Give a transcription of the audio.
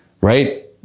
right